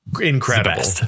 incredible